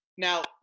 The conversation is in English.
Now